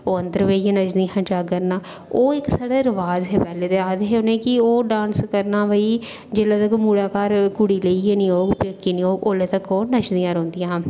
ओह् अंदर बेहियै नच्चदियां हियां जागरना ओह् साढ़े इक्क रवाज हे उ'नें गी आखदे हे की ओह् डांस करना भाई जेल्लै मुड़ा कुड़ी घर ब्याहियै निं औग पजेकी घर निं औग ते ओह् नच्चदियां रौहंदियां हियां